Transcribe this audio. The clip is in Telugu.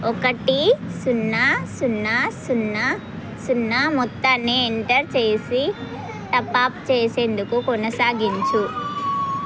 ఒకటి సున్నా సున్నా సున్నా సున్నా మొత్తాన్ని ఎంటర్ చేసి టాపప్ చేసేందుకు కొనసాగించు